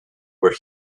where